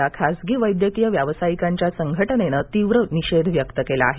या खासगी वैद्यकीय व्यावसायिकांच्या संघटनेनं तीव्र निषेध व्यक्त केला आहे